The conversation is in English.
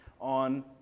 on